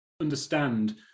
understand